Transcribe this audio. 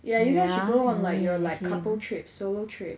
yeah you guys should go on like your like couple trip solo trip